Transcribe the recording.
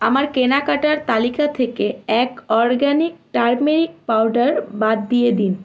আমার কেনাকাটার তালিকা থেকে এক অরগ্যানিক টারমেরিক পাউডার বাদ দিয়ে দিন